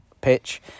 pitch